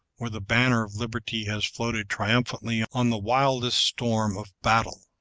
where the banner of liberty has floated triumphantly on the wildest storm of battle.